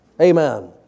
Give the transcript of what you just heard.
Amen